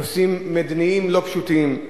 נושאים מדיניים לא פשוטים,